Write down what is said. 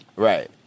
Right